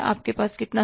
आपके पास कितना है